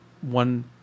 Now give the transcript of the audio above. one